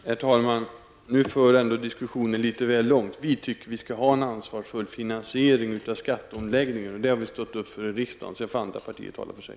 Herr talman! Nu för diskussionen ändå litet väl långt. Vi tycker att man skall ha en ansvarsfull finansiering av skatteomläggningen. Det har vi stått för i riksdagen, och sedan får andra partier tala för sig.